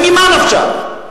הרי ממה נפשך?